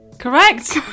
Correct